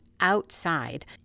outside